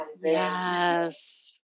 Yes